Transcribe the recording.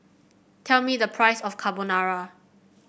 tell me the price of Carbonara